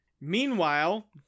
Meanwhile